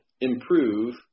improve –